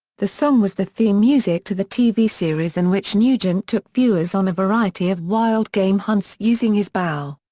the song was the theme music to the tv series in which nugent took viewers on a variety of wild game hunts using his bow.